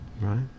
Right